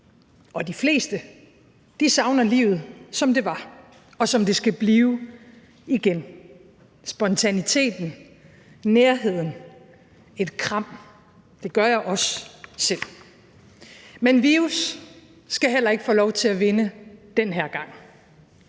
Og de fleste savner livet, som det var, og som det skal blive igen – spontaniteten, nærheden, et kram – og det gør jeg også selv. Men virus skal heller ikke få lov til at vinde den her gang,